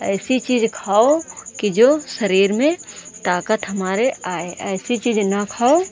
ऐसी चीज़ खाओ कि जो शरीर में ताकत हमारे आए ऐसी चीज़ न खाओ